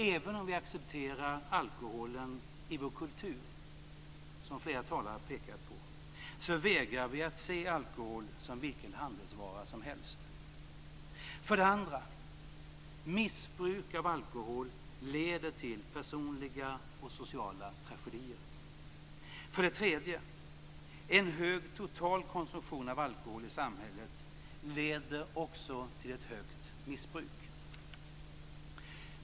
Även om vi accepterar alkoholen i vår kultur, såsom flera talare pekat på, vägrar vi att se alkohol som vilken handelsvara som helst. 2. Missbruk av alkohol leder till personliga och sociala tragedier. 3. En hög total konsumtion av alkohol i samhället leder också till ett högt missbruk.